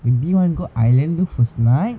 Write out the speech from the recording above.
did want go I line the first night